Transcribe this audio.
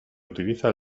utiliza